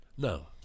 No